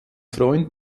freund